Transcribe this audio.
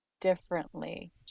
differently